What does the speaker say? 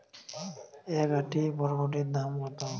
এক আঁটি বরবটির দাম কত?